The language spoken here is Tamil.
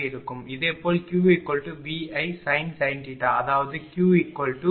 இதேபோல்QVIsin அதாவது QQAQBQC240×30×0240×20×0